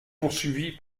poursuivis